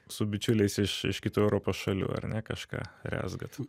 su bičiuliais iš iš kitų europos šalių ar ne kažką rezgat